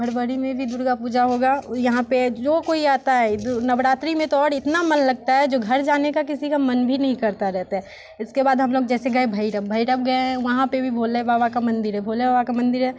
फरबरी में भी दुर्गा पूजा होगा यहाँ पे जो कोई आता है नवरात्री में तो और इतना मन लगता है जो घर जाने का किसी का मन भी नहीं करता रहता है इसके बाद हम लोग जैसे गए भैरव भैरव गए वहाँ पे भी भोले बाबा का मंदिर है भोले बाबा का मंदिर है